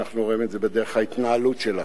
אנחנו רואים בדרך ההתנהלות שלה.